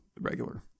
Regular